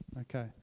Okay